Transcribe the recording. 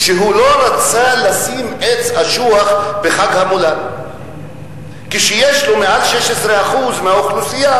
שהוא לא רצה לשים עץ אשוח בחג המולד כשיש לו מעל 16% מהאוכלוסייה